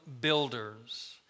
builders